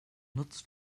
nutzt